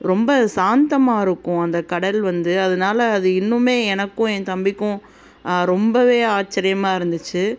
ரொம்ப சாந்தமாக இருக்கும் அந்த கடல் வந்து அதனால அது இன்னுமே எனக்கும் என் தம்பிக்கும் ரொம்பவே ஆச்சிரியமாக இருந்துச்சு